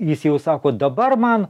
jis jau sako dabar man